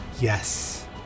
yes